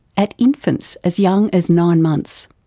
at infants as young as nine months.